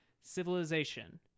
Civilization